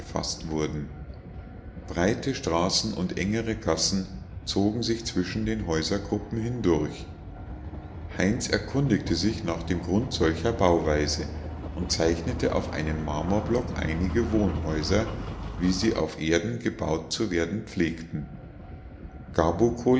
wurden breite straßen und engere gassen zogen sich zwischen den häusergruppen hindurch heinz erkundigte sich nach dem grund solcher bauweise und zeichnete auf einen marmorblock einige wohnhäuser wie sie auf erden gebaut zu werden pflegten